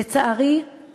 לצערי,